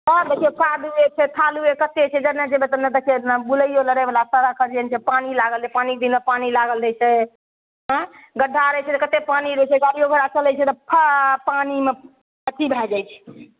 आब देखियौ कादुये छै फालुए कते छै जेने जेबय तेने देखियौ बुलैयो लड़यवला सड़क अर जे नहि छै पानि लागल रहय पानि दिनऽ पानि लागल रहय छै हँ गढ्ढा रहय छै तऽ कते पानि रहय छै गाड़ियो घोड़ा चलय छै तऽ फा पानिमे अथी भए जाइ छै